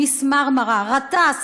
"מיס מרמרה"; גטאס,